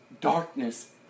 Darkness